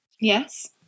Yes